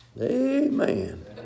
Amen